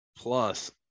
plus